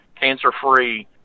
cancer-free